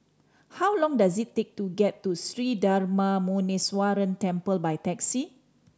how long does it take to get to Sri Darma Muneeswaran Temple by taxi